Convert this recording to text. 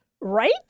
Right